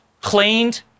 cleaned